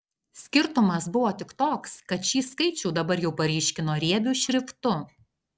skirtumas buvo tik toks kad šį skaičių dabar jau paryškino riebiu šriftu